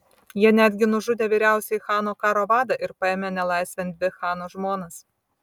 jie netgi nužudė vyriausiąjį chano karo vadą ir paėmė nelaisvėn dvi chano žmonas